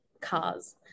Cars